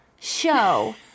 show